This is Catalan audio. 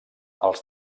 els